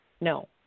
No